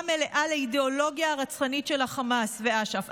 מלאה לאידיאולוגיה הרצחנית של החמאס ואש"ף,